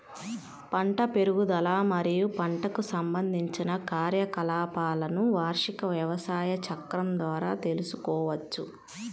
పంట పెరుగుదల మరియు పంటకు సంబంధించిన కార్యకలాపాలను వార్షిక వ్యవసాయ చక్రం ద్వారా తెల్సుకోవచ్చు